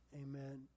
Amen